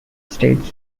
states